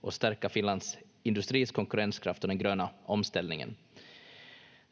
och stärka Finlands industris konkurrenskraft och den gröna omställningen.